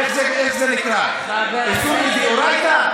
איך זה נקרא, איסור מדאורייתא?